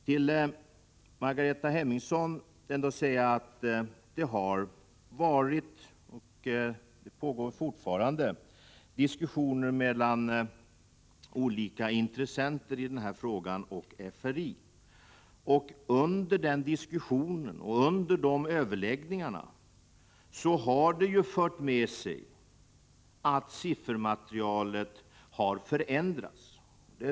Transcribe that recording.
Till Margareta Hemmingsson vill jag säga att det har förekommit och fortfarande förekommer diskussioner mellan olika intressenter i denna fråga och FRI. Under de diskussionerna och överläggningarna har utvecklingen fört med sig att siffermaterialet har förändrats något.